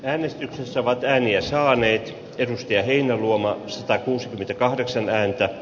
äänestyksessä vain ääniä saaneet edusti heinäluoma satakuusikymmentäkahdeksan ääntä